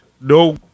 no